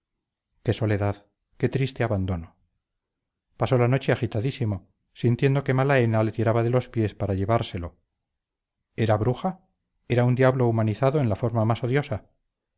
qué soledad qué triste abandono pasó la noche agitadísimo sintiendo que malaenale tiraba de los pies para llevárselo era bruja era un diablo humanizado en la forma más odiosa